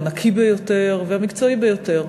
הנקי ביותר והמקצועי ביותר.